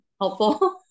helpful